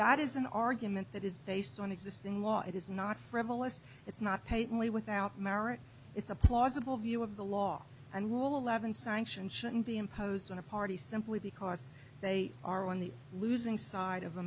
that is an argument that is based on existing law it is not frivolous it's not paid only without merit it's a plausible view of the law and rule eleven sanction shouldn't be imposed on a party simply because they are on the losing side of